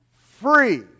free